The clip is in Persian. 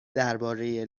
درباره